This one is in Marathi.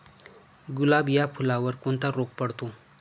गुलाब या फुलावर कोणता रोग पडतो?